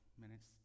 minutes